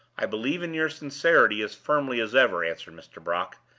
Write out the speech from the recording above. i believe in your sincerity as firmly as ever answered mr. brock.